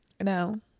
No